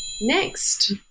Next